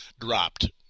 dropped